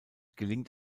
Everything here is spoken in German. gelingt